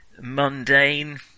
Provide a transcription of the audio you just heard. mundane